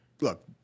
Look